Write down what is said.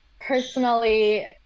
personally